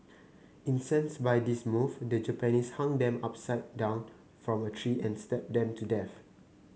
incensed by this move the Japanese hung them upside down from a tree and stabbed them to death